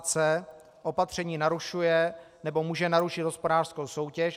c) opatření narušuje nebo může narušit hospodářskou soutěž;